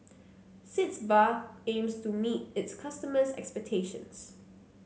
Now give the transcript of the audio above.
Sitz Bath aims to meet its customers' expectations